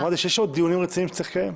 אמרתי שיש עוד דיונים רציניים שצריך לקיים.